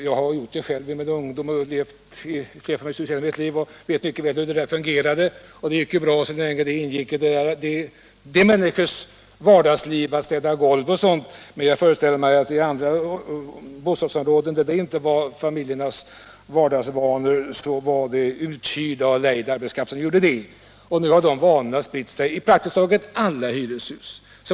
Jag har gjort det själv i min ungdom -— jag har levt i flerfamiljshus hela mitt liv — och jag minns mycket väl hur det fungerade. Det gick bra för de människor i vilkas vardagsliv det ingick att städa golv och sådant. Men i andra bostadsområden, där sådant inte var familjernas vardagsvanor, var det arbetet bortlejt. Och nu har de vanorna spritt sig till praktiskt taget alla hyreshus.